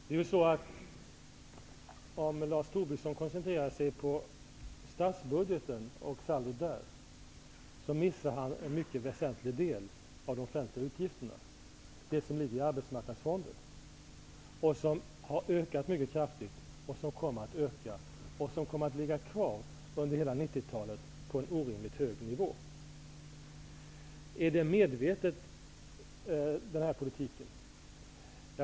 Herr talman! När Lars Tobisson koncentrerar sig på saldot för statsbudgeten missar han en väsentlig del av de offentliga utgifterna, dvs. det som ligger i arbetsmarknadsfonderna. Dessa har ökat mycket kraftigt och kommer att fortsätta att öka och finnas kvar under hela 90-talet på en orimligt hög nivå. Är det medveten politik?